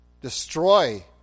destroy